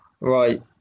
right